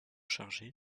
chargé